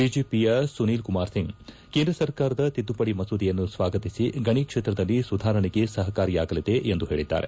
ಬಿಜೆಪಿಯ ಸುನೀಲ್ ಕುಮಾರ್ ಸಿಂಗ್ ಕೇಂದ್ರ ಸರ್ಕಾರದ ತಿದ್ದುಪಡಿ ಮಸೂದೆಯನ್ನು ಸ್ವಾಗತಿಸಿ ಗಣಿ ಕ್ಷೇತ್ರದಲ್ಲಿ ಸುಧಾರಣೆಗೆ ಸಹಕಾರಿಯಾಗಲಿದೆ ಎಂದು ಹೇಳಿದ್ದಾರೆ